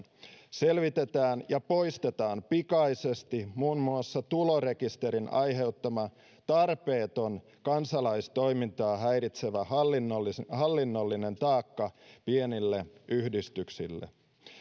selvitetään ja poistetaan pikaisesti muun muassa tulorekisterin aiheuttama tarpeeton kansalaistoimintaa häiritsevä hallinnollinen hallinnollinen taakka pienille yhdistyksille